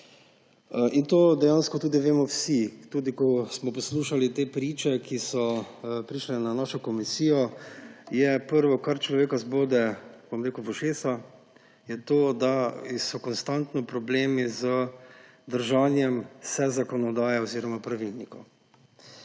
In to dejansko tudi vemo vsi. Tudi ko smo poslušali te priče, ki so prišle na našo komisijo, je prvo, kar človeka zbode v ušesa, to, da so konstantno problemi z držanjem se zakonodaje oziroma pravilnikov.